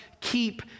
keep